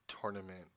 tournament